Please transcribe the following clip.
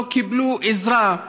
לא קיבלו עזרה.